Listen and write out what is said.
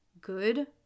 good